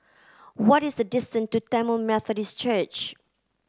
what is the distance to Tamil Methodist Church